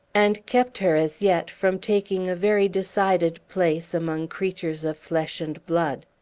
and kept her, as yet, from taking a very decided place among creatures of flesh and blood.